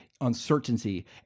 uncertainty